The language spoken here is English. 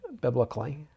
biblically